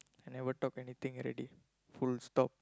I never talk anything already full stop